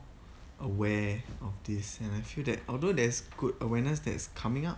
aware of this and I feel that although there's good awareness that's coming up